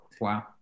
Wow